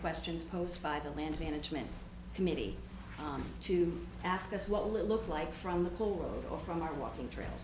questions posed by the land management committee to ask us what will it look like from the pool world or from our walking trail